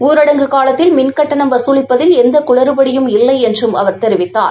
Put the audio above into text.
ஊரடங்கு காலத்தில் மின் கட்டணம் வசூலிப்பதில் எந்த குளறபடியும் இல்லை என்றும் அவர் தெரிவித்தார்